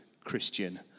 Christian